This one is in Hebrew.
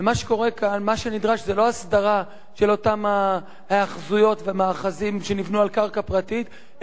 ומה שנדרש זה לא הסדרה של אותם היאחזויות ומאחזים שנבנו על קרקע פרטית,